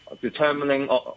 determining